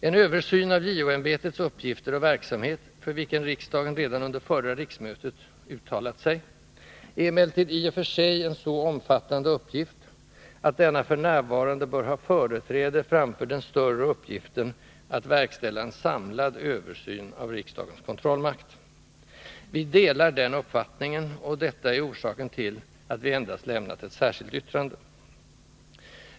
En översyn av JO-ämbetets uppgifter och verksamhet, för vilken riksdagen redan under förra riksmötet uttalat sig, är emellertid i sig en så omfattande uppgift att denna f. n. bör ha företräde framför den större uppgiften att verkställa en ”samlad översyn” av riksdagens kontrollmakt. Vi delar den uppfattningen, och detta är orsaken till att vi endast lämnat ett särskilt yttrande.